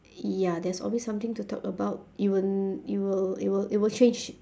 ya there's always something to talk about even it will it will it will change